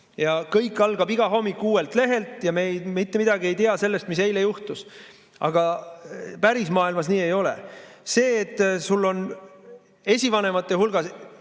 kõik algab iga hommik uuelt lehelt ja me ei tea mitte midagi sellest, mis eile juhtus. Aga päris maailmas nii ei ole. See, et sul on esivanemate hulgas